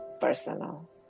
personal